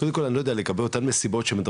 קודם כל אני לא יודע לגבי אותם מסיבות שמדברים